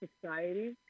society